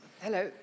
Hello